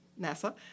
NASA